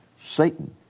Satan